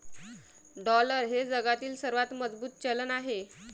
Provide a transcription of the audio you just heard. dollar हे जगातील सर्वात मजबूत चलन आहे